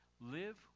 Live